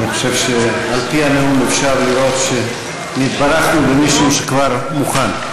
אני חושב שעל-פי הנאום אפשר לראות שנתברכנו במישהו שכבר מוכן.